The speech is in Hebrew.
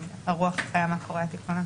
דעתי קצת לא נוחה מזה.